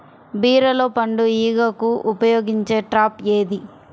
బీరలో పండు ఈగకు ఉపయోగించే ట్రాప్ ఏది?